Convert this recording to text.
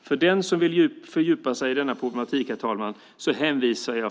För den som vill fördjupa sig i denna problematik, herr talman, hänvisar jag för tids vinnande till nämnda motion Ub291.